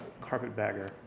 carpetbagger